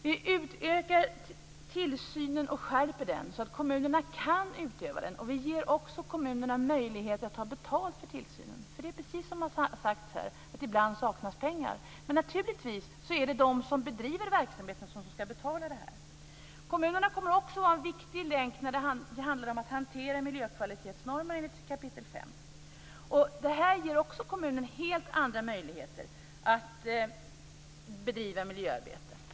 Vi utökar tillsynen och skärper den, så att kommunerna kan utöva den. Vi ger också kommunerna möjlighet att ta betalt för tillsynen. För det är precis som det har sagts här att det ibland saknas pengar. Naturligtvis är det de som bedriver verksamheten som skall betala det här. Kommunerna kommer också att vara en viktig länk när det handlar om att hantera miljökvalitetsnormer enligt kap. 5. Det ger också kommunerna helt andra möjligheter att bedriva miljöarbete.